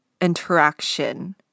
interaction